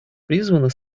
призвана